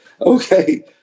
Okay